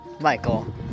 Michael